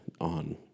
on